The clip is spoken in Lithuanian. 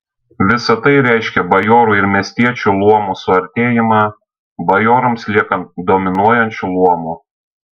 visa tai reiškė bajorų ir miestiečių luomų suartėjimą bajorams liekant dominuojančiu luomu